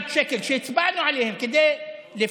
מה 19:00?